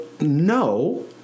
no